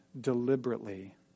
deliberately